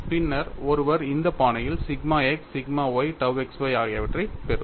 பின்னர் ஒருவர் இந்த பாணியில் sigma x sigma y tau x y ஆகியவற்றைப் பெறுவார்